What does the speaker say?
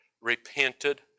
repented